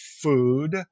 food